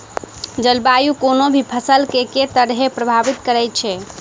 जलवायु कोनो भी फसल केँ के तरहे प्रभावित करै छै?